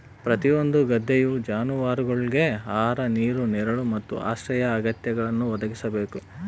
ಪ್ರತಿಯೊಂದು ಗದ್ದೆಯು ಜಾನುವಾರುಗುಳ್ಗೆ ಆಹಾರ ನೀರು ನೆರಳು ಮತ್ತು ಆಶ್ರಯ ಅಗತ್ಯಗಳನ್ನು ಒದಗಿಸಬೇಕು